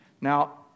Now